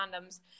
condoms